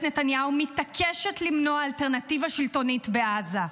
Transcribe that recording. נתניהו מתעקשת למנוע אלטרנטיבה שלטונית בעזה.